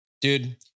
Dude